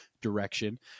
direction